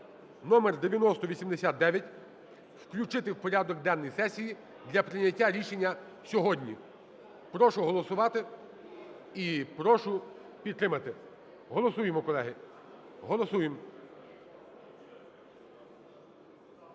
(№ 9089) включити у порядок денний сесії для прийняття рішення сьогодні. Прошу голосувати і прошу підтримати. Голосуємо, колеги. Голосуємо!